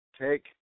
take